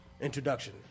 introduction